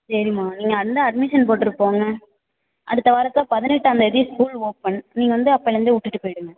சரிம்மா நீங்கள் வந்து அட்மிஷன் போட்ருப் போங்க அடுத்த வாரத்தில் பதினெட்டாம்தேதி ஸ்கூல் ஓப்பன் நீங்கள் வந்து அப்பைலருந்து விட்டுட்டுப் போய்விடுங்க